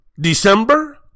December